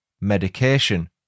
medication